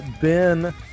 Ben